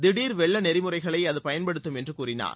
திடர் வெள்ள நெறிமுறைகளை அது பயன்படுத்தும் என்று கூறினார்